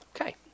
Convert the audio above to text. Okay